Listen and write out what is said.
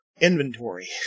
inventory